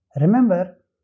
Remember